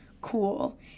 cool